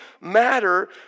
matter